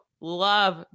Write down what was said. love